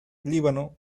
líbano